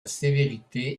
sévérité